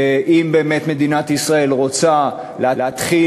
ואם באמת מדינת ישראל רוצה להתחיל